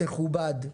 תכובד.